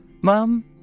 Mom